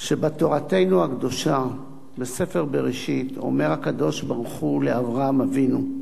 שבתורתנו הקדושה בספר בראשית אומר הקדוש-ברוך-הוא לאברהם אבינו: